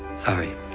sorry.